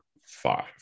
five